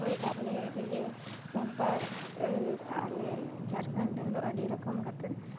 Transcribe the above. ᱦᱳᱭ ᱟᱞᱮ ᱤᱭᱟᱹ ᱥᱟᱱᱛᱟᱲ ᱟᱞᱮ ᱡᱷᱟᱨᱠᱷᱟᱸᱰ ᱨᱮᱱ ᱫᱚ ᱟᱹᱰᱤ ᱨᱚᱠᱚᱢ ᱠᱟᱛᱮᱫ